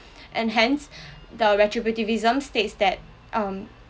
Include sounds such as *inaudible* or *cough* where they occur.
and hence *breath* the retributivsm states that um